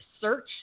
search